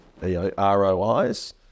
rois